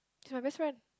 she's my best friend